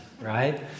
right